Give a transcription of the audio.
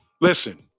Listen